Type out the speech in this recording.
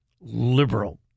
liberal